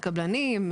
הקבלנים,